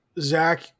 Zach